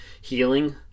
healing